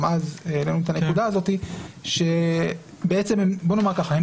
גם אז העלינו את הנקודה הזאת ובוא נאמר ככה: הם